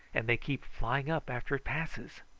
and they keep flying up after it passes.